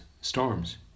storms